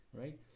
right